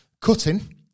cutting